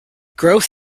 growth